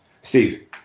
Steve